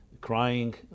crying